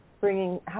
bringing